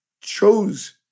chose